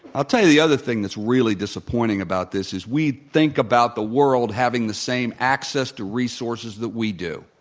i'll tell you the other thing that's really disappointing about this is we think about the world having the same access to resources that we do.